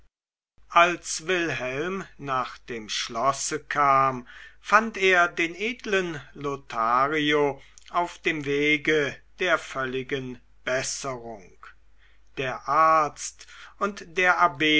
als wilhelm nach dem schlosse kam fand er den edlen lothario auf dem wege der völligen besserung der arzt und der abb